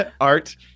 art